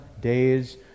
days